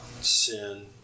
sin